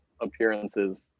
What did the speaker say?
appearances